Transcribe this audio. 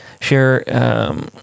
Share